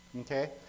Okay